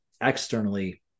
externally